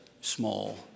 small